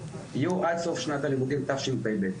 יהיו עד סוף שנת הלימודים תשפ"ב,